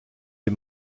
les